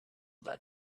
that